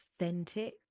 authentic